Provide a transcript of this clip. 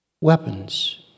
weapons